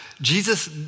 Jesus